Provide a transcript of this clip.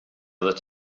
that